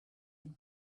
had